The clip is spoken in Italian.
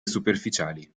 superficiali